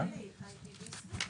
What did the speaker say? קרן: ה-IP בישראל?